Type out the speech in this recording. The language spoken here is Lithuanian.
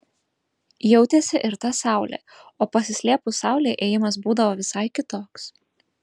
jautėsi ir ta saulė o pasislėpus saulei ėjimas būdavo visai kitoks